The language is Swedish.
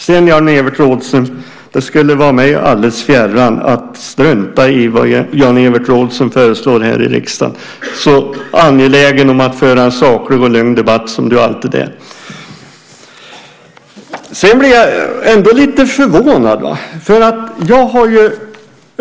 Sedan skulle det vara mig fjärran att strunta i vad Jan-Evert Rådhström föreslår i riksdagen, så angelägen som han alltid är om att föra en saklig och lugn debatt. Jag blir emellertid något förvånad.